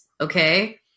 okay